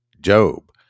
Job